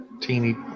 teeny